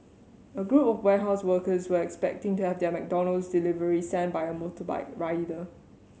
a group of warehouse workers were expecting to have their McDonald's delivery sent by a motorbike rider